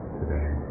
today